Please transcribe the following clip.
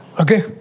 okay